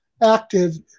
active